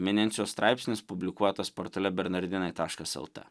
mininčio straipsnis publikuotas portale bernardinai taškas lt